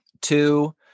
Two